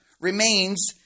remains